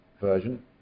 version